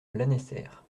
lanester